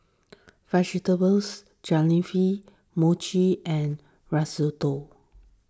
Vegetables Jalfrezi Mochi and Risotto